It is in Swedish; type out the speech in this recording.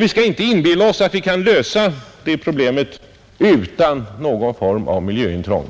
Vi skall inte inbilla oss att vi kan tillgodose den framtida energiförsörjningen utan någon form av miljöintrång.